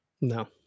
No